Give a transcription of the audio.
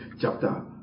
chapter